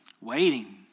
Waiting